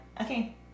okay